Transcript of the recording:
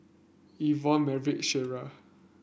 Yvonne Maverick Shreya